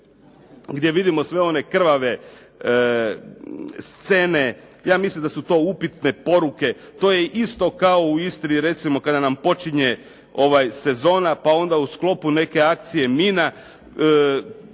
gdje vidim sve one krvave scene. Ja mislim da su to upitne poruke. To je isto kao u Istri kada nam počinje sezona, pa onda u sklopu neke akcije mina,